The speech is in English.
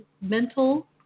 mental